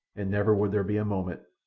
and never would there be a moment,